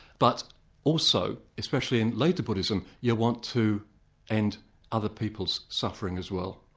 but also, especially in later buddhism, you want to end other people's suffering as well.